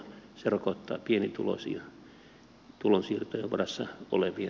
se rokottaa pienituloisia tulonsiirtojen varassa olevia